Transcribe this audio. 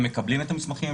הם מקבלים את המסמכים,